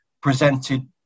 presented